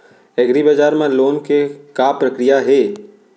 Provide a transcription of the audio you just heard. एग्रीबजार मा लोन के का प्रक्रिया हे?